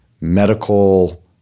medical